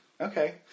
Okay